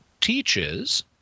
teaches